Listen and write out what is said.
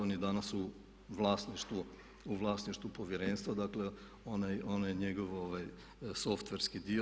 On je danas u vlasništvu povjerenstva, dakle onaj njegov softverski dio.